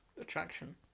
attraction